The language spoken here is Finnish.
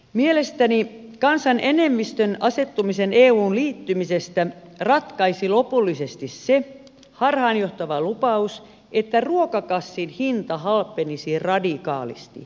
mielestäni kansan enemmistön asettumisen euhun liittymisen puolelle ratkaisi lopullisesti se harhaanjohtava lupaus että ruokakassin hinta halpenisi radikaalisti